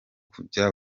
kujya